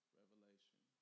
revelation